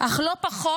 אך לא פחות,